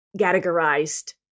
categorized